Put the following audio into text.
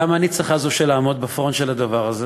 למה אני זו שצריכה לעמוד בפרונט של הדבר הזה?